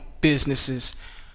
businesses